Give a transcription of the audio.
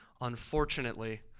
unfortunately